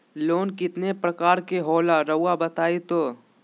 Loan कितने पारकर के होला रऊआ बताई तो?